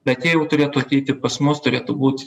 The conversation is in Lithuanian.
bet jie jau turėtų ateiti pas mus turėtų būt